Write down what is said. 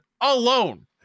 alone